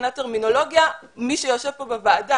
מבחינת טרמינולוגיה מי שיושב כאן בוועדה,